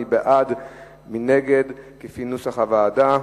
בעד, 3, נגד, 15,